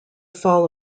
fall